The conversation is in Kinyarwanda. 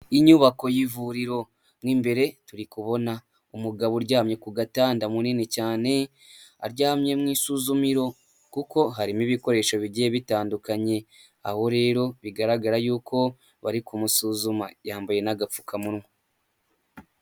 Inyuubako y'ivuriro mo imbere turi kubona umugabo uryamye ku gatanda munini cyane aryamye mu isuzumiro kuko harimo ibikoresho bigiye bitandukanye aho rero bigaragara yuko bari kumusuzuma yambaye n'agapfukamunwa.